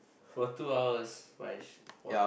for two hours Parish for